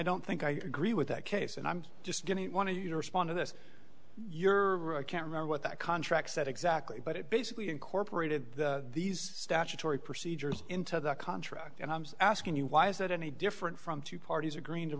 don't think i agree with that case and i'm just going to want to respond to this your i can't remember what that contract said exactly but it basically incorporated these statutory procedures into that contract and i'm asking you why is that any different from two parties agreeing to